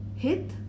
Hit